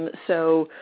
so,